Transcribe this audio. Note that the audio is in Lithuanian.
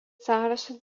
sąrašas